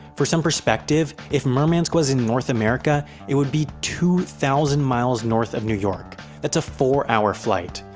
for some perspective, if murmansk was in north america, it would be two thousand miles north of new york that's a four hour flight.